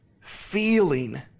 feeling